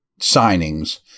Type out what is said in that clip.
signings